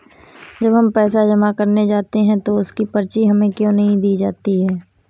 जब हम पैसे जमा करने जाते हैं तो उसकी पर्ची हमें क्यो नहीं दी जाती है?